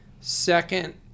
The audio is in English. second